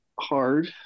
hard